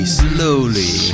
slowly